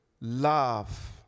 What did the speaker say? love